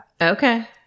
Okay